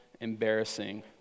embarrassing